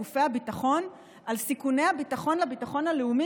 גופי הביטחון על סיכוני הביטחון לביטחון הלאומי,